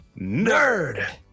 nerd